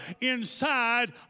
inside